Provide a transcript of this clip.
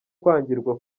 kwangirwa